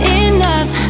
enough